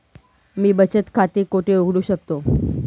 मी बचत खाते कोठे उघडू शकतो?